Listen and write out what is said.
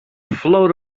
float